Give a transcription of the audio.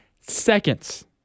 seconds